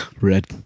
Red